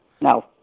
No